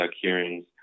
hearings